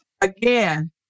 Again